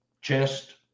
chest